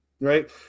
Right